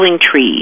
trees